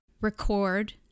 record